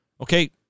Okay